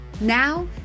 Now